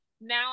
now